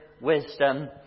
wisdom